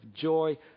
joy